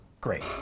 great